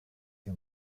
具有